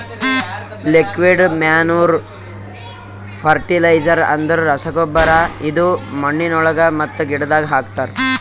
liquid manure fertiliser ಅಂದುರ್ ರಸಗೊಬ್ಬರ ಇದು ಮಣ್ಣಿನೊಳಗ ಮತ್ತ ಗಿಡದಾಗ್ ಹಾಕ್ತರ್